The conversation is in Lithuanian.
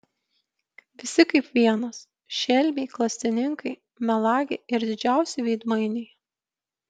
visi kaip vienas šelmiai klastininkai melagiai ir didžiausi veidmainiai